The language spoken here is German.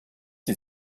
sie